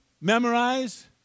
memorize